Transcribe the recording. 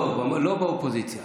לא באופוזיציה.